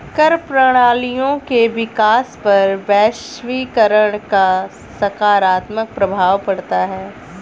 कर प्रणालियों के विकास पर वैश्वीकरण का सकारात्मक प्रभाव पढ़ता है